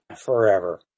forever